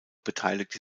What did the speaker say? beteiligte